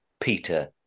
Peter